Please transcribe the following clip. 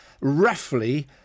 roughly